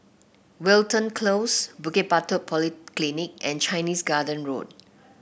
Wilton Close Bukit Batok Polyclinic and Chinese Garden Road